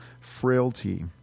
frailty